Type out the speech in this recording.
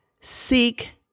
seek